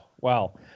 wow